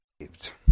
saved